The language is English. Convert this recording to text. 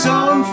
on